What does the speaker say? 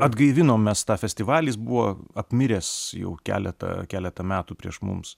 atgaivinom mes tą festivalį jis buvo apmiręs jau keletą keletą metų prieš mums